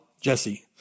Jesse